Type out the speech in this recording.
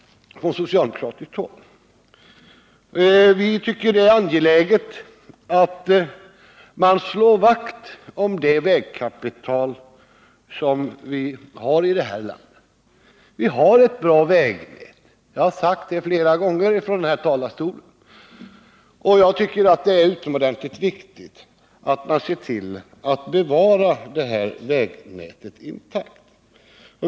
Från socialdemokratiskt håll beklagar vi detta. Vi tycker att det är angeläget att man slår vakt om det vägkapital vi har här i landet. Vi har ett bra vägnät — jag har sagt det flera gånger från kammarens talarstol. Jag tycker att det är utomordentligt viktigt att bevara det här vägnätet intakt.